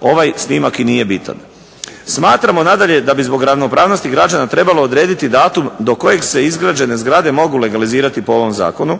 ovaj snimak i nije bitan. Smatramo nadalje da bi zbog ravnopravnosti građana trebalo odraditi datum do kojeg se izgrađene zgrade mogu legalizirati po ovom zakonu,